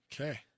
Okay